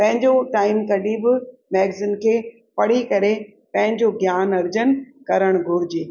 पंहिंजो टाइम कढी बि मैगज़िन खे पढ़ी करे पंहिंजो ज्ञान अर्जन करण घुरिजे